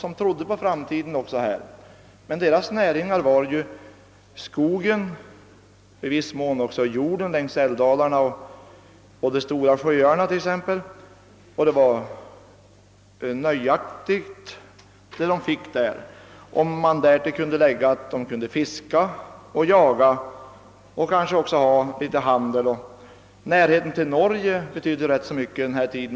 De trodde på framtiden i det landet. Deras näring var skogen och i viss mån jorden längs älvdalarna och de stora sjöarna, och den gav nöjaktigt utbyte. Därtill kom att de kunde fiska och jaga och kanske också driva litet handel. Närheten till Norge betydde rätt mycket under denna tid.